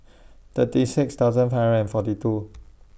thirty six thousand five hundred and forty two